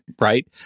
right